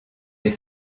est